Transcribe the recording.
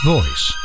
Voice